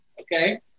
Okay